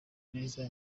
neza